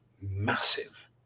massive